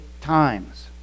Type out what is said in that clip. times